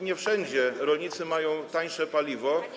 Nie wszędzie rolnicy mają tańsze paliwo.